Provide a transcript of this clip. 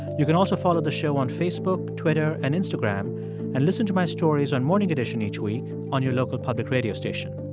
you can also follow the show on facebook, twitter and instagram and listen to my stories on morning edition each week on your local public radio station.